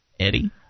Eddie